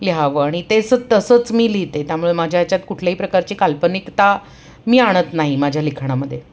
लिहावं आणि तेसं तसंच मी लिहते त्यामुळे माझ्या याच्यात कुठल्याही प्रकारची काल्पनिकता मी आणत नाही माझ्या लिखणामध्ये